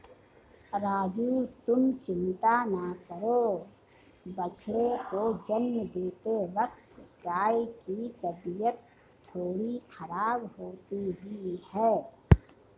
राजू तुम चिंता ना करो बछड़े को जन्म देते वक्त गाय की तबीयत थोड़ी खराब होती ही है